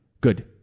Good